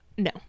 No